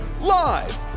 live